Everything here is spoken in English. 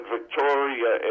Victoria